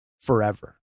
forever